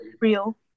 real